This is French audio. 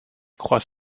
croix